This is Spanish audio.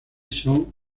son